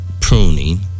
Pruning